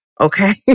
Okay